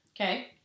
Okay